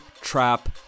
trap